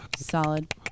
Solid